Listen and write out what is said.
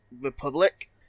Republic